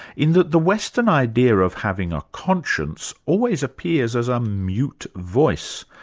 in that the western idea of having a conscience, always appears as a mute voice,